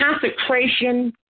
consecration